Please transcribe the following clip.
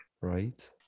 Right